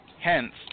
Hence